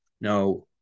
now